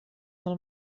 del